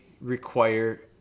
require